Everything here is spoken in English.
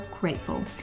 grateful